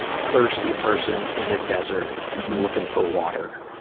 thirsty person in a desert looking for water.